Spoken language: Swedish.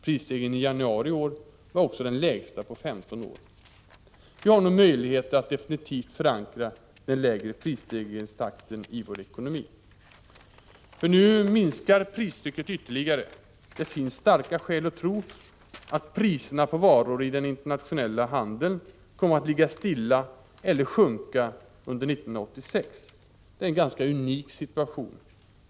Prisstegringen i januari i år var också den lägsta på 15 år. Vi har nu möjligheter att definitivt förankra den lägre prisstegringstakten i vår ekonomi. Nu minskar pristrycket ytterligare. Det finns starka skäl att tro att priserna på varor i den internationella handeln kommer att ligga stilla eller sjunka under 1986. Det är en ganska unik situation.